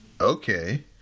okay